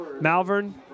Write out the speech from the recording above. Malvern